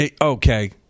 okay